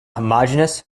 homogeneous